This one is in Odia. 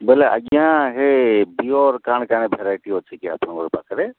ବୋଇଲେ ଆଜ୍ଞା ହେ ବିଅର୍ କାଣା କାଣା ଭେରାଇଟି ଅଛି କି ଆପଣଙ୍କର ପାଖରେ